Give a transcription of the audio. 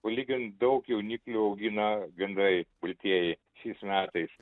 palygin daug jauniklių augina gandrai baltieji šiais metais